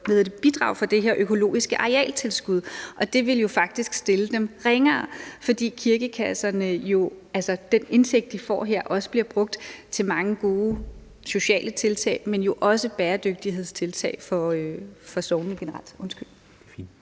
få bidrag for det her økologiske arealtilskud, og det vil jo faktisk stille dem ringere, fordi den indtægt, de får her, også bliver brugt til mange gode sociale tiltag, men også bæredygtighedstiltag for sognene generelt. Kl.